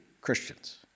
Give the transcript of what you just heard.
Christians